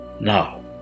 Now